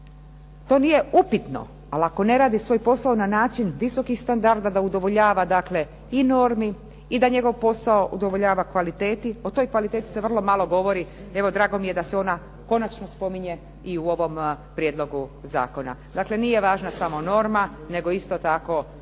to nije upitno, ali ako ne radi svoj posao na način visokih standarda da udovoljava dakle i normi i da njegov posao udovoljava kvaliteti, o toj kvaliteti se vrlo malo govori. Evo drago mi je da se ona konačno spominje i u ovom prijedlogu zakona. Dakle, nije važna samo norma nego isto tako